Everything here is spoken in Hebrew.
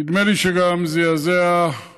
נדמה לי שהוא זעזע גם